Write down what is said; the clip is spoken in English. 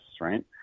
right